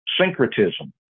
syncretism